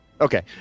Okay